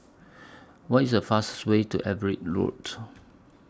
What IS The fastest Way to Everitt Road